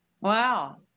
Wow